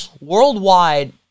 Worldwide